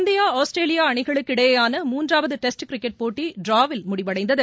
India Australia அணிகளுக்கு இடையேயான மூன்றாவது டெஸ்ட் கிரிக்கெட் போட்டி ட்டிராவில் முடிவடைந்தது